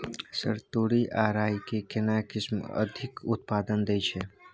Sir तोरी आ राई के केना किस्म अधिक उत्पादन दैय छैय?